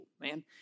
man